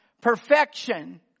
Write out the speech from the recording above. Perfection